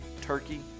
Turkey